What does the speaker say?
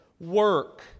work